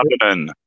happening